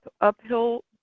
uphill